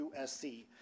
USC